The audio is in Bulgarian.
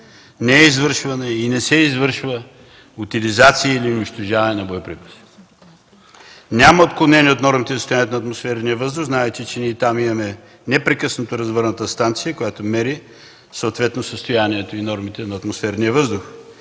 не е извършвана и не се извършва утилизация или унищожаване на боеприпаси. Няма отклонения от нормите за състоянието на атмосферния въздух. Знаете, че ние имаме там непрекъснато развърната станция, която мери съответно състоянието и нормите на атмосферния въздух